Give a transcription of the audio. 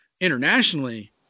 internationally